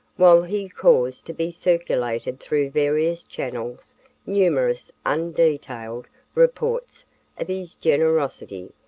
while he caused to be circulated through various channels numerous undetailed reports of his generosity,